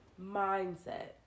mindset